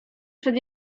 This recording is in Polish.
przed